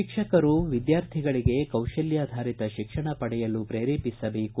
ಶಿಕ್ಷಕರು ವಿದ್ಯಾರ್ಥಿಗಳಿಗೆ ಕೌಶಲ್ಯಾಧಾರಿತ ಶಿಕ್ಷಣ ಪಡೆಯಲು ಪ್ರೇರೇಪಿಸಬೇಕು